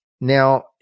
Now